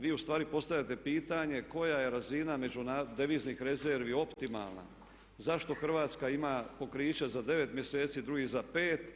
Vi ustvari postavljate pitanje koja je razina deviznih rezervi optimalna, zašto Hrvatska ima pokriće za 9 mjeseci, drugi za 5?